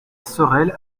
sorel